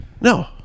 No